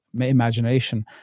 imagination